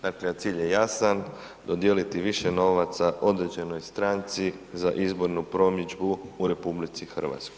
Dakle cilj je jasan, dodijeliti više novaca određenoj stranci za izbornu promidžbu u RH.